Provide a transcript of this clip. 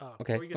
Okay